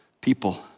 people